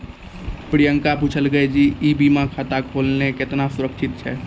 प्रियंका पुछलकै जे ई बीमा खाता खोलना केतना सुरक्षित छै?